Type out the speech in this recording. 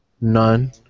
None